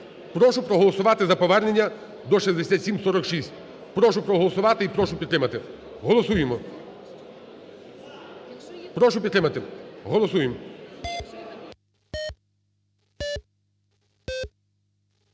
прошу проголосувати за повернення до 6746. Прошу проголосувати і прошу підтримати, голосуємо. Прошу підтримати, голосуємо.